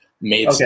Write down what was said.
made